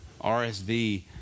RSV